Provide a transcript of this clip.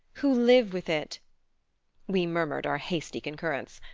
who live with it we murmured our hasty concurrence.